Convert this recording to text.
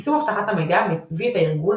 יישום אבטחת המידע מביא את הארגון,